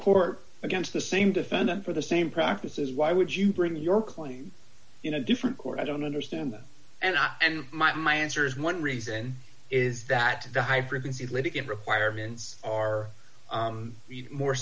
court against the same defendant for the same practices why would you bring your claim you know different court i don't understand that and i and might my answer is one reason is that the high frequency litigant requirements are more